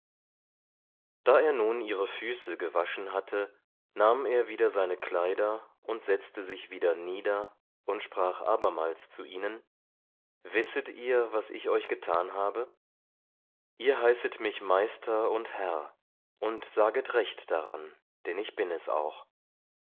da er nun ihre füße gewaschen hatte nahm er wieder seine kleider und setzte sich wieder nieder und sprach abermals zu ihnen wisset ihr was ich euch getan habe ihr heißet mich meister und herr und saget recht daran denn ich bin es auch